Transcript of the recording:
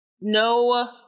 no